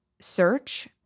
search